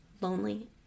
lonely